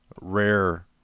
rare